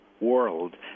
world